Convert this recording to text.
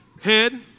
Head